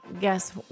guess